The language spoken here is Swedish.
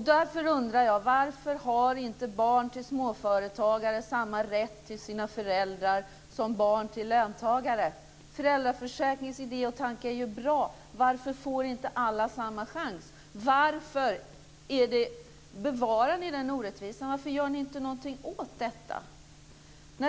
Därför undrar jag varför inte barn till småföretagare har samma rätt till sina föräldrar som barn till löntagare. Föräldraförsäkringens idé och tanke är ju bra, varför får inte alla samma chans? Varför bevarar ni den orättvisan? Varför gör ni inte någonting åt detta?